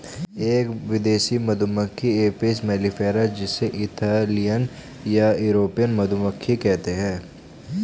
एक विदेशी मधुमक्खी एपिस मेलिफेरा जिसे इटालियन या यूरोपियन मधुमक्खी कहते है